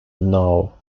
now